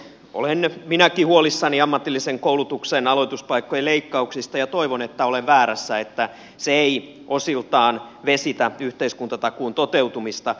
olen minäkin huolissani ammatillisen koulutuksen aloituspaikkojen leikkauksista ja toivon että olen väärässä että se ei osiltaan vesitä yhteiskuntatakuun toteutumista